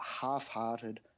half-hearted